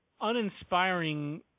uninspiring